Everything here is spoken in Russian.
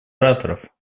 ораторов